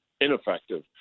ineffective